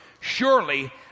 Surely